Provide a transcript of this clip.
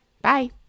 Bye